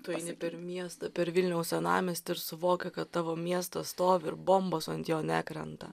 tu eini per miestą per vilniaus senamiestį ir suvoki kad tavo miestas stovi ir bombos ant jo nekrenta